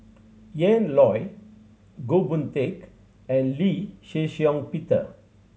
Ian Loy Goh Boon Teck and Lee Shih Shiong Peter